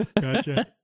Gotcha